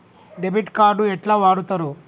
Debit card ఎట్లా వాడుతరు?